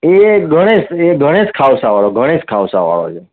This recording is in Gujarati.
એ ગણેશ એ ગણેશ ખાઉસાવાળો ગણેશ ખાઉસાવાળો છે